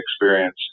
experience